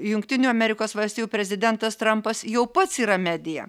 jungtinių amerikos valstijų prezidentas trampas jau pats yra medija